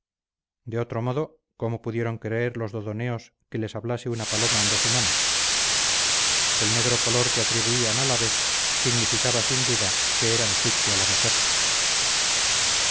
de otro modo cómo pudieron creer los dodoneos que les hablase una paloma en voz humana el negro color que atribuían al ave significaba sin duda que era egipcia la mujer